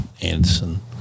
Anderson